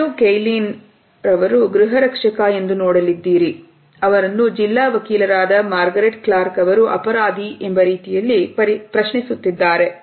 cat ಒಕ್ಕಲಿನವರು ಅರ್ಜುನ ಗೃಹರಕ್ಷಕ ಎಂದು ನೀವು ನೋಡಲಿದ್ದೀರಿ ಅವರನ್ನು ಜಿಲ್ಲಾ ವಕೀಲರಾದ ಮಾರ್ಗರೇಟ್ ಕ್ಲಾರ್ಕ್ ಅವರು ಅಪರಾಧಿ ಎಂಬ ರೀತಿಯಲ್ಲಿ ಪ್ರಶ್ನಿಸುತ್ತಿದ್ದಾರೆ